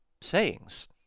sayings